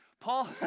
Paul